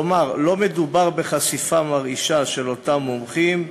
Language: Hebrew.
כלומר, לא מדובר בחשיפה מרעישה של אותם מומחים.